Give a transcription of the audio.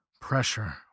Pressure